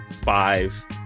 five